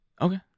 Okay